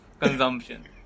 consumption